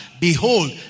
Behold